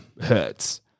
Hurts